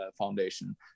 Foundation